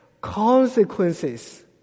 consequences